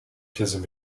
pièces